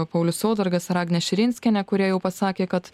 paulius saudargas ar agnė širinskienė kurie jau pasakė kad